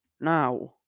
Now